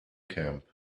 camp